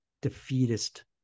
defeatist